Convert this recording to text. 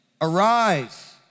Arise